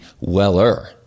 weller